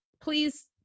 Please